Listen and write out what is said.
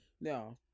No